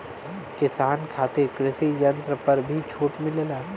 किसान खातिर कृषि यंत्र पर भी छूट मिलेला?